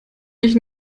ich